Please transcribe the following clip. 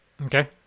okay